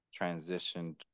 transitioned